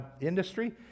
industry